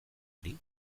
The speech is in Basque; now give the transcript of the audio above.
ari